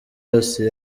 yose